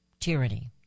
Tyranny